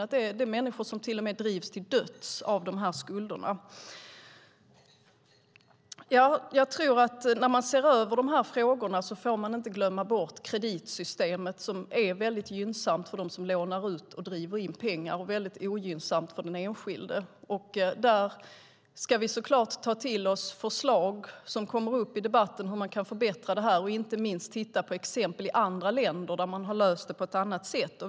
Människor drivs alltså till och med till döds av de här skulderna. När man ser över de här frågorna får man inte glömma bort kreditsystemet som är väldigt gynnsamt för dem som lånar ut och driver in pengar och väldigt ogynnsamt för den enskilde. Där ska vi såklart ta till oss förslag som kommer upp i debatten om hur man kan förbättra det här och inte minst titta på exempel från andra länder där man har löst det på ett annat sätt.